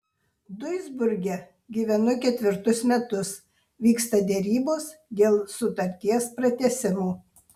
duisburge gyvenu ketvirtus metus vyksta derybos dėl sutarties pratęsimo